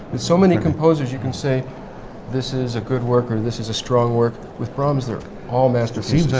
with so many composers you can say this is a good work or this is a strong work with brahms, they're all masterpieces.